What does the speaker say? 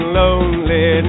lonely